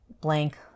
blank